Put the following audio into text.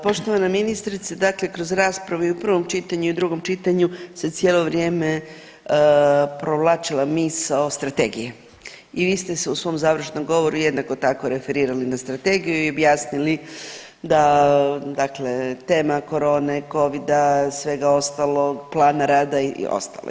Poštovana ministrice, dakle kroz raspravu i u prvom čitanju i u drugom čitanju se cijelo vrijeme provlačila misao strategije i vi ste se u svom završnom govoru jednako tako referirali na strategiju i objasnili da dakle tema korone, covida, svega ostalog, plana rada i ostalo.